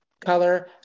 color